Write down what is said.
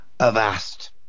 Avast